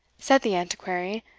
said the antiquary,